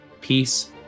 peace